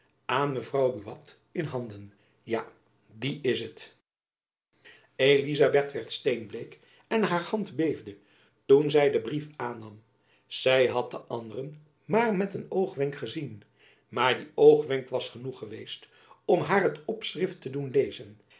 aan mevrouw buat in handen ja die is het elizabeth werd steenbleek en haar hand beefde toen zy den brief aannam zy had den anderen jacob van lennep elizabeth musch maar met een oogwenk gezien maar die oogwenk was genoeg geweest om haar het opschrift te doen lezen